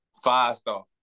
Five-star